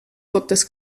gottes